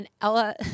Ella